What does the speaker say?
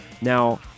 Now